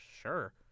Sure